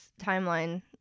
timeline